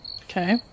okay